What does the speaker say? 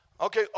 Okay